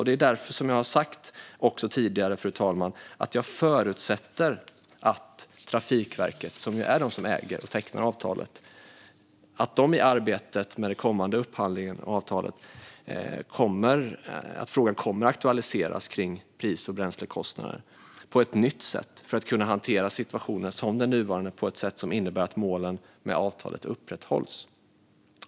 Det är därför jag har sagt, fru talman, att jag förutsätter att Trafikverket, som tecknar avtalet, i arbetet med kommande upphandling kommer att aktualisera pris och bränslekostnader på ett nytt sätt för att kunna hantera en situation som den nuvarande som innebär att målen med avtalet upprätthålls.